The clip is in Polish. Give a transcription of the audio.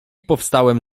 powstałem